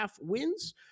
wins